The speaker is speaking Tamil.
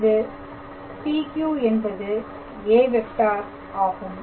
இது PQ என்பது a வெக்டார் ஆகும்